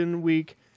week